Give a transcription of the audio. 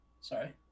Sorry